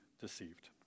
deceived